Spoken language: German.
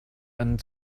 einen